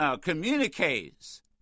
communiques